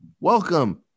welcome